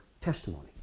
testimony